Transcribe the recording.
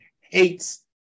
hates